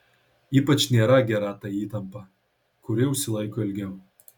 ypač nėra gera ta įtampa kuri užsilaiko ilgiau